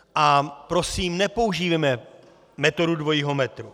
A prosím, nepoužívejme metodu dvojího metru.